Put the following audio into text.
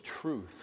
truth